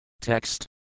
Text